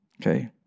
Okay